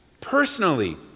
personally